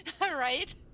right